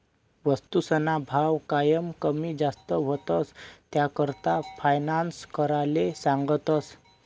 वस्तूसना भाव कायम कमी जास्त व्हतंस, त्याकरता फायनान्स कराले सांगतस